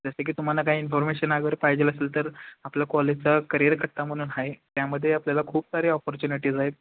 जसे की तुम्हाला काही इन्फर्मेशन वगैरे पाहिजेलं असेल तर आपल्या कॉलेजचा करियर कट्टा म्हणून आहे त्यामध्ये आपल्याला खूप सारे अपॉर्च्युनिटीज आहेत